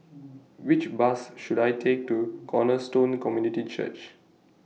Which Bus should I Take to Cornerstone Community Church